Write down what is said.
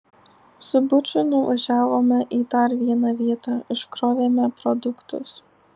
su buču nuvažiavome į dar vieną vietą iškrovėme produktus